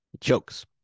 jokes